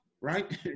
Right